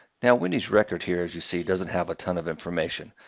now, wendy's record here, as you see, doesn't have a ton of information.